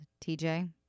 TJ